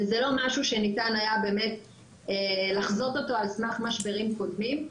וזה לא משהו שניתן היה לחזות אותו על סמך משברים קודמים.